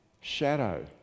shadow